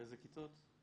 באיזה כיתות?